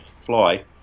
fly